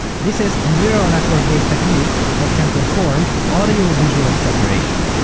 this is a neural network-based technique that can perform audio-visual separation.